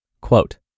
Quote